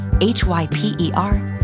H-Y-P-E-R